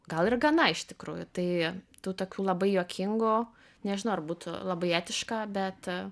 gal ir gana iš tikrųjų tai tų tokių labai juokingų nežinau ar būtų labai etiška bet